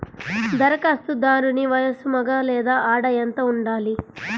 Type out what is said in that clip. ధరఖాస్తుదారుని వయస్సు మగ లేదా ఆడ ఎంత ఉండాలి?